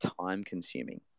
time-consuming